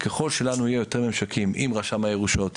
וככל שלנו יהיה יותר ממשקים עם רשם הירושות,